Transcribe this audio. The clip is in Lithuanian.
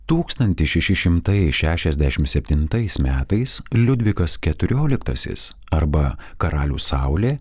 tūkstantis šeši šimtai šešiasdešim septintais metais liudvikas keturioliktasis arba karalius saulė